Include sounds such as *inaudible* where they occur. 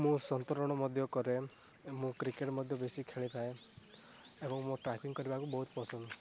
ମୁଁ ସନ୍ତରଣ ମଧ୍ୟ କରେ ମୁଁ କ୍ରିକେଟ ମଧ୍ୟ ବେଶି ଖେଳିଥାଏ ଏବଂ ମୁଁ ଟ୍ରାକିଂ କରିବାକୁ ବହୁତ ପସନ୍ଦ *unintelligible*